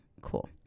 cool